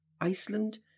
Iceland